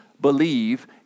believe